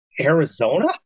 Arizona